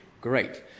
Great